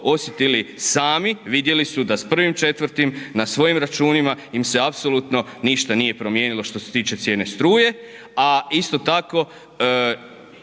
osjetili sami, vidjeli su da s 01.04. na svojim računima im se apsolutno ništa nije promijenilo što se tiče cijene struje, a isto tako